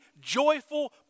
joyful